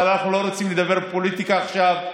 אבל אנחנו לא רוצים לדבר פוליטיקה עכשיו.